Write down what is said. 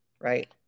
right